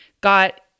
got